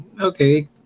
okay